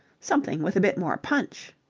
something with a bit more punch.